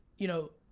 you know,